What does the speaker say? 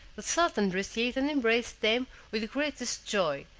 the sultan received and embraced them with the greatest joy,